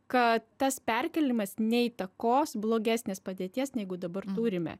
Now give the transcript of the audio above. kad tas perkėlimas neįtakos blogesnės padėties negu dabar turime